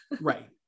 Right